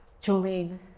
Jolene